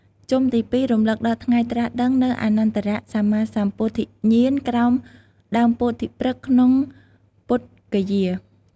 ជុំទី ២ រំលឹកដល់ ថ្ងៃត្រាស់ដឹង នូវអនុត្តរសម្មាសម្ពោធិញ្ញាណក្រោមដើមពោធិព្រឹក្សក្នុងពុទ្ធគយា។